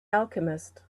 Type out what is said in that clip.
alchemist